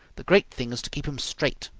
the great thing is to keep em straight!